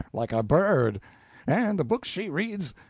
like a bird and the books she reads,